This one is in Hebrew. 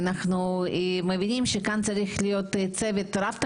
אנחנו מבינים שכאן צריך להיות רב-תכליתי